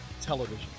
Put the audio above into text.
Television